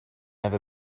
have